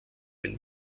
ein